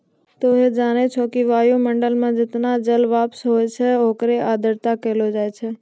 तोहं जानै छौ कि वायुमंडल मं जतना जलवाष्प होय छै होकरे आर्द्रता कहलो जाय छै